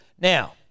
now